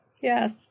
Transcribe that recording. Yes